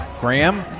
Graham